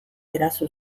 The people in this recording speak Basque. eraso